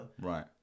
right